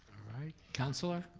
alright, counselor?